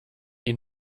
ihn